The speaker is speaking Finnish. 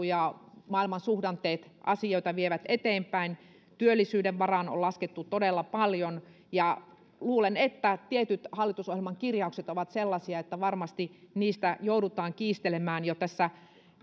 ja maailman suhdanteet asioita vievät eteenpäin työllisyyden varaan on laskettu todella paljon luulen että tietyt hallitusohjelman kirjaukset ovat sellaisia että varmasti niistä joudutaan kiistelemään jo